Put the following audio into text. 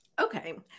Okay